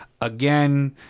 again